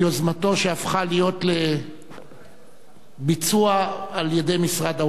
שהפכה להיות לביצוע על-ידי משרד האוצר.